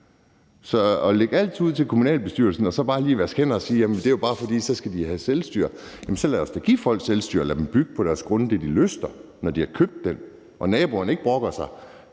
til at lægge alt ud til kommunalbestyrelsen og så bare lige vaske hænder og sige, at de jo bare skal have selvstyre, vil jeg sige: Jamen så lad os da give folk selvstyre og lade dem bygge det, de lyster, på deres grund, når de har købt den og naboerne ikke brokker sig.